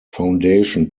foundation